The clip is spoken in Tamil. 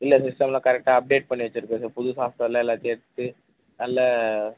இல்லை சிஸ்டமில் கரெக்டாக அப்டேட் பண்ணி வச்சுருக்கேன் சார் புது சாப்ட்வேர் எல்லாம் சேர்த்து நல்ல